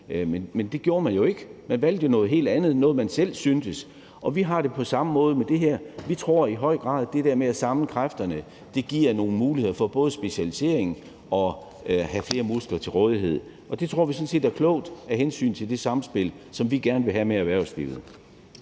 Men det gjorde man jo ikke. Man valgte noget helt andet – noget, man selv syntes. Vi har det på samme måde med det her. Vi tror i høj grad, at det der med at samle kræfterne giver nogle muligheder for både specialisering og at have flere muskler til rådighed. Og det tror vi sådan set er klogt af hensyn til det samspil, som vi gerne vil have med erhvervslivet.